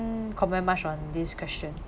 comment much on this question